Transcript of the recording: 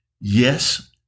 Yes